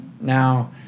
now